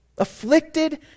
afflicted